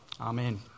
Amen